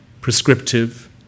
prescriptive